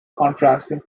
contrasting